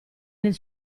nel